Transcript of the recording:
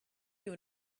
you